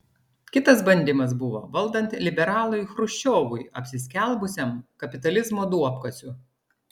kitas bandymas buvo valdant liberalui chruščiovui apsiskelbusiam kapitalizmo duobkasiu